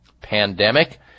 pandemic